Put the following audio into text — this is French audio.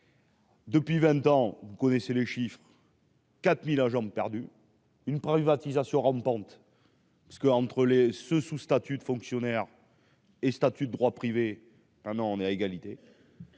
Depuis 20 ans, vous connaissez les chiffres. 4 1000 1, jambes une privatisation rampante. Parce que, entre les ceux sous statut de fonctionnaire et statut de droit privé, un non, on est à égalité